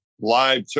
live